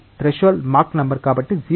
3 threshold max number కాబట్టి 0